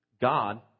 god